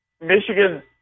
Michigan